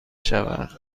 شود